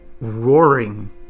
roaring